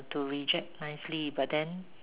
to reject nicely but then